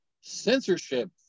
censorship